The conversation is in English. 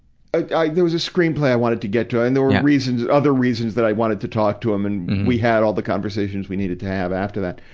i, there was a screenplay i wanted to get to, and there were reasons, other reasons that i wanted to talk to him, and we had all the conversations we needed to have after that.